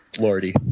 lordy